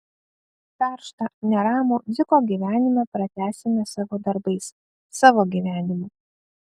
karštą neramų dziko gyvenimą pratęsime savo darbais savo gyvenimu